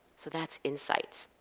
so that's insight.